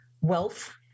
wealth